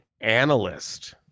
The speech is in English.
analyst